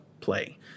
play